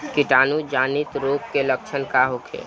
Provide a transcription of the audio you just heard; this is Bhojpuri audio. कीटाणु जनित रोग के लक्षण का होखे?